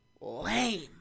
lame